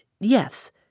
yes